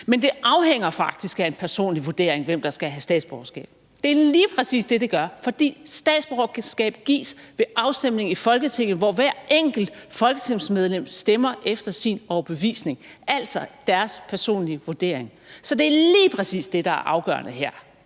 Men det afhænger faktisk af en personlig vurdering, hvem der skal have statsborgerskab. Det er lige præcis det, det gør, fordi statsborgerskab gives ved afstemning i Folketinget, hvor hvert enkelt folketingsmedlem stemmer efter sin overbevisning – altså deres personlige vurdering. Så det er lige præcis det, der er afgørende her,